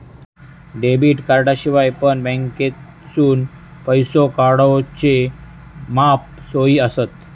debit कार्डाशिवाय पण बँकेतसून पैसो काढूचे मॉप सोयी आसत